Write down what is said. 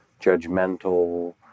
judgmental